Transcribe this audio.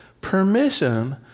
permission